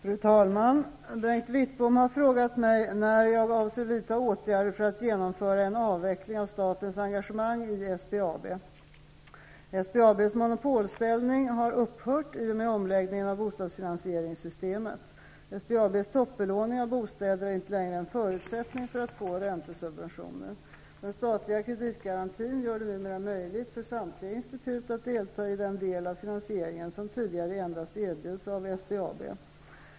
Fru talman! Bengt Wittbom har frågat mig när jag avser att vidta åtgärder för att genomföra en avveckling av statens engagemang i SBAB. SBAB:s monopolställning har upphört i och med omläggningen av bostagsfinansieringssystemet. SBAB:s toppbelåning av bostäder är inte längre en förutsättning för att få räntesubventioner. Den statliga kreditgarantin gör det numera möjligt för samtliga institut att delta i den del av finansieringen som tidigare endast erbjöds av SBAB.